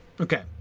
Okay